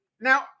Now